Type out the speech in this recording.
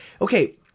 Okay